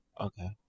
Okay